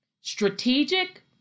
strategic